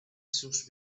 sus